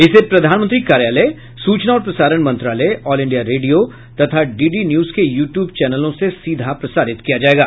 इसे प्रधानमंत्री कार्यालय सूचना और प्रसारण मंत्रालय ऑल इंडिया रेडियो तथा डी डी न्यूज के यू ट्यूब चैनलों से सीधा प्रसारित किया जायेगा